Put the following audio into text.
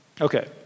Okay